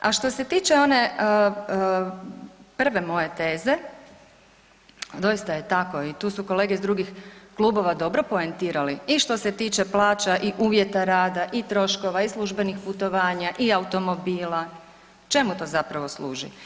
A što se tiče one prve moje teze, doista je tako i tu su kolege iz drugih klubova dobro poentirali i što se tiče plaća i uvjeta rada i troškova i službenih putovanja i automobila, čemu to zapravo služi?